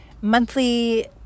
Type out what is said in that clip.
monthly